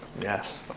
Yes